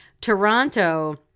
Toronto